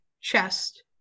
chest